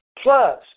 Plus